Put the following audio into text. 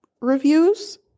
reviews